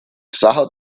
sacher